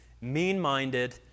mean-minded